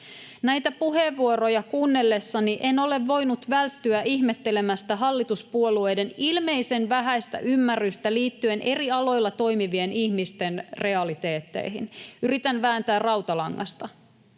Näitä puheenvuoroja kuunnellessani en ole voinut välttyä ihmettelemästä hallituspuolueiden ilmeisen vähäistä ymmärrystä liittyen eri aloilla toimivien ihmisten realiteetteihin. Yritän vääntää rautalangasta: